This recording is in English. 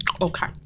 Okay